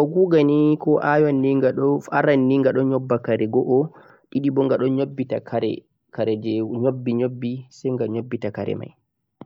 ghado wa goga ni ko iron ni arani ghado nyobba kare go'o didi boh ghado nyobbita kare kare jeh nyobbi nyobbi sai gha nyobbita kare mai